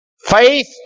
Faith